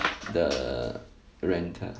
the rent ah